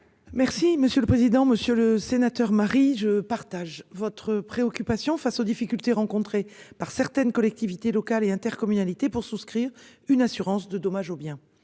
Merci monsieur le président, Monsieur le Sénateur, Marie, je partage votre préoccupation face aux difficultés rencontrées par certaines collectivités locales et intercommunalités pour souscrire une assurance de dommages aux biens